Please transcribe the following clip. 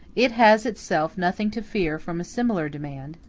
it has itself nothing to fear from a similar demand,